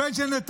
הבן של נתניהו?